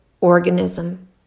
organism